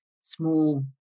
small